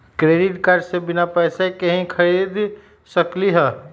Credit card से बिना पैसे के ही खरीद सकली ह?